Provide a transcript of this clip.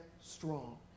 strong